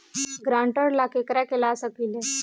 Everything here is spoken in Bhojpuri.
ग्रांतर ला केकरा के ला सकी ले?